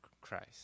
Christ